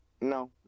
No